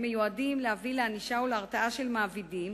מיועדים להביא לענישה והרתעה של מעבידים,